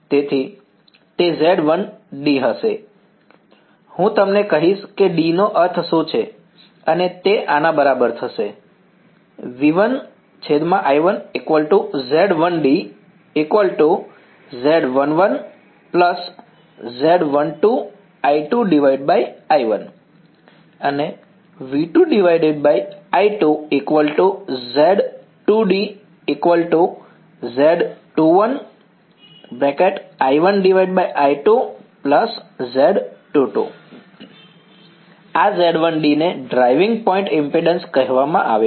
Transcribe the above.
તેથી તે Z1d હશે હું તમને કહીશ કે d નો અર્થ શું છે અને તે આના બરાબર થશે 1I1 Z1d Z11 Z12I2I1 2I2 Z2d Z21I1I2 Z22 આ Z1d ને ડ્રાઇવિંગ પોઈન્ટ ઈમ્પિડન્સ કહેવામાં આવે છે